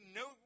no